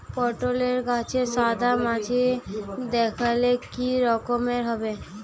পটলে গাছে সাদা মাছি দেখালে কি করতে হবে?